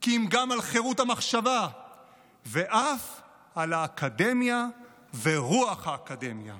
כי אם גם על חירות המחשבה ואף על האקדמיה ועל רוח האקדמיה.